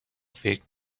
فکر